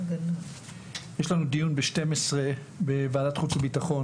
יש לנו דיון חשוב ב-12:00 בוועדת חוץ וביטחון,